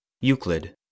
Euclid